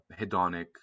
hedonic